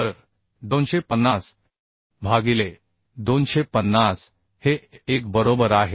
तर 250 भागिले 250 हे 1 बरोबर आहे